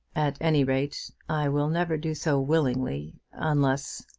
at any rate, i will never do so willingly, unless